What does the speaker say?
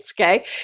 okay